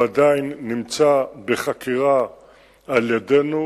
הוא עדיין נמצא בחקירה על-ידינו,